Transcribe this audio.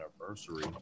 anniversary